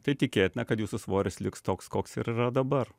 tai tikėtina kad jūsų svoris liks toks koks ir yra dabar